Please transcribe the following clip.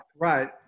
right